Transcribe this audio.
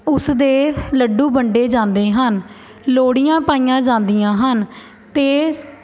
ਉਸਦੇ ਲੱਡੂ ਵੰਡੇ ਜਾਂਦੇ ਹਨ ਲੋਹੜੀਆਂ ਪਾਈਆਂ ਜਾਂਦੀਆਂ ਹਨ ਅਤੇ